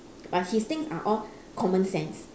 but his things are all common sense